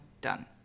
done